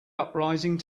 uprising